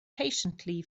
patiently